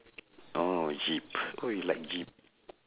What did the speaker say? oh jeep oh you like jeep